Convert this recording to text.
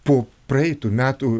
po praeitų metų